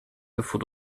bevor